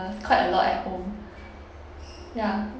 quite a lot at home ya